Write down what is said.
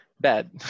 bad